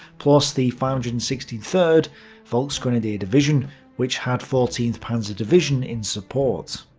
plus the five hundred and sixty third volksgrenadier division which had fourteenth panzer division in support.